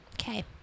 Okay